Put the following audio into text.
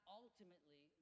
ultimately